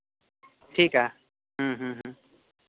ᱴᱷᱤᱠᱟ ᱦᱮᱸ ᱦᱮᱸ